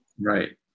Right